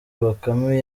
bakame